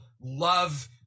love